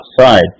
outside